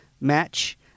match